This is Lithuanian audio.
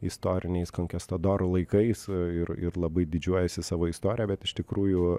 istoriniais konkistadorų laikais ir ir labai didžiuojasi savo istorija bet iš tikrųjų